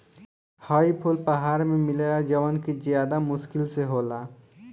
हई फूल पहाड़ में मिलेला जवन कि ज्यदा मुश्किल से होला